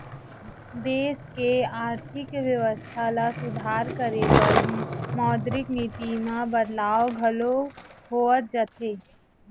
देस के आरथिक बेवस्था ल सुधार करे बर मौद्रिक नीति म बदलाव घलो होवत जाथे